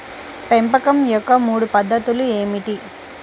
పెంపకం యొక్క మూడు పద్ధతులు ఏమిటీ?